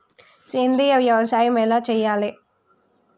సేంద్రీయ వ్యవసాయం ఎలా చెయ్యాలే?